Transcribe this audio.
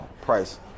price